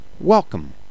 welcome